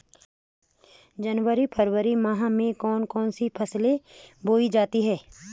जनवरी फरवरी माह में कौन कौन सी फसलें बोई जाती हैं?